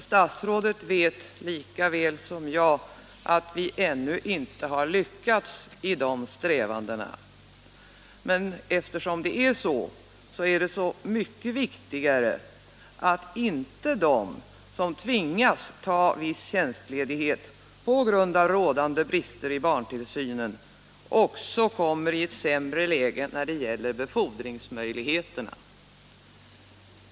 Statsrådet vet, lika väl som jag, att vi ännu inte har lyckats i de strävandena. Men därför är det så mycket viktigare att inte de som tvingas ta viss tjänstledighet på grund av rådande brister i barntillsynen också kommer i ett sämre läge när det gäller befordringsmöjligheterna.